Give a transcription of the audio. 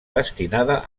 destinada